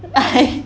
I